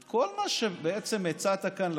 את כל מה שבעצם הצעת כאן,